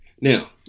Now